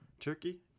Turkey